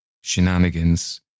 shenanigans